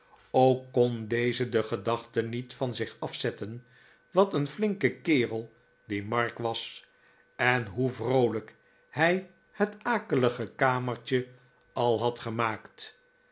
ook kon deze de gedachte niet van zich af zetten wat een flinke kerel die mark was en hoe vroolijk hij het akelige kamertje al had gemaakt